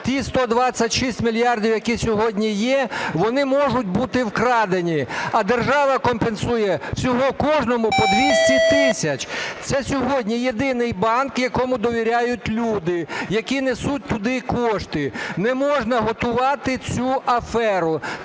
Ті 126 мільярдів, які сьогодні є, вони можуть бути вкрадені, а держава компенсує всього кожному по 200 тисяч. Це сьогодні єдиний банк, якому довіряють люди, які несуть туди кошти. Не можна готувати цю аферу.